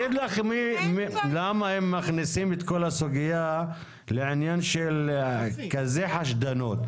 למה הם מכניסים את כל הסוגיה לכזאת חשדנות?